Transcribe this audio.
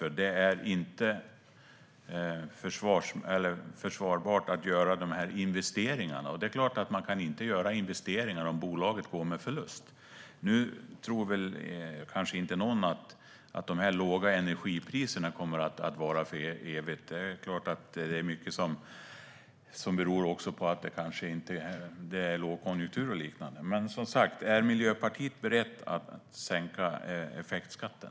Det är inte försvarbart att göra dessa investeringar. Det är klart att man inte kan göra investeringar om bolaget går med förlust. Nu tror väl inte någon att de låga energipriserna kommer att vara för evigt. Det är mycket som beror på att det är lågkonjunktur och så vidare. Är Miljöpartiet berett att sänka effektskatten?